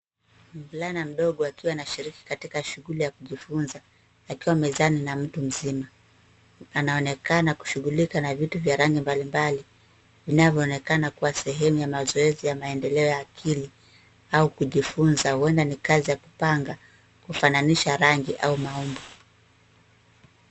Mvulana mdogo akiwa anashiriki katika shughuli ya kujifunza akiwa mezani na mtu mzima. Anaoneana kushughulika na vitu vya rangi mbalimbali vinavyoonekana kuwa sehemu ya mazoezi ya maendeleo ya akili au kujifunza huenda ni kazi ya kupanga kufananisha rangi au maumbo.